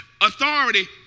authority